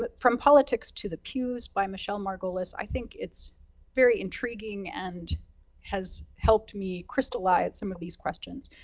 but from politics to the pews, by michele margolis. i think it's very intriguing, and has helped me crystallize some of these questions.